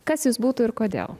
kas jis būtų ir kodėl